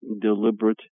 deliberate